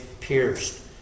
pierced